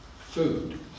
food